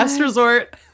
resort